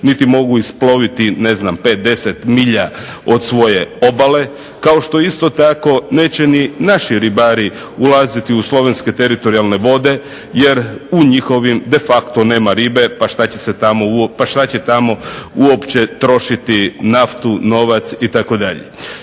niti mogu isploviti ne znam 5, 10 milja od svoje obale, kao što isto tako neće ni naši ribari ulaziti u slovenske teritorijalne vode jer u njihovim de facto nema ribe pa šta će tamo uopće trošiti naftu, novac itd.